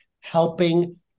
helping